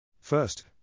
First